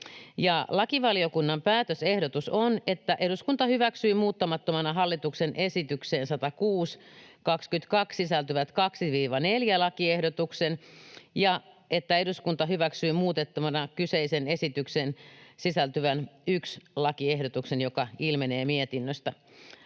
Lakivaliokunnan päätösehdotus on, että eduskunta hyväksyy muuttamattomana hallituksen esitykseen HE 106/22 vp sisältyvät 2.—4. lakiehdotuksen ja että eduskunta hyväksyy muutettuna kyseiseen esitykseen sisältyvän 1. lakiehdotuksen, joka ilmenee mietinnöstä.